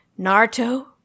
Naruto